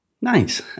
Nice